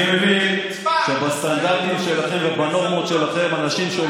אני מבין שבסטנדרטים שלכם ובנורמות שלכם, לכם הכול